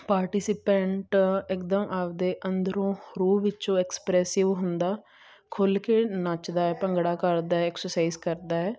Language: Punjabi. ਪਾਰਟੀਸੀਪੈਂਟ ਇਕਦਮ ਆਪਦੇ ਅੰਦਰੋਂ ਰੂਹ ਵਿੱਚੋਂ ਐਕਸਪ੍ਰੈਸਿਵ ਹੁੰਦਾ ਖੁੱਲ ਕੇ ਨੱਚਦਾ ਐ ਭੰਗੜਾ ਕਰਦਾ ਐਕਸਰਸਾਈਜ਼ ਕਰਦਾ ਹੈ